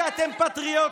בגלל שאתם פטריוטים,